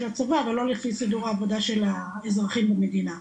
הצבא ולא לפי סידור העבודה של האזרחים במדינה,